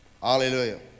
Hallelujah